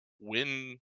win